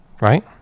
Right